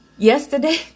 Yesterday